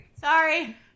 Sorry